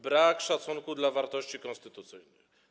Brak szacunku dla wartości konstytucyjnych.